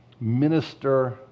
minister